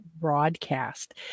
broadcast